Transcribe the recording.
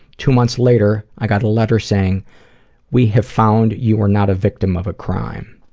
two months later, i got a letter saying we have found you are not a victim of a crime.